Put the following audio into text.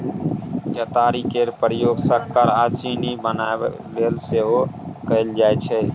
केतारी केर प्रयोग सक्कर आ चीनी बनाबय लेल सेहो कएल जाइ छै